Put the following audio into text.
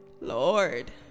Lord